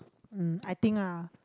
um I think lah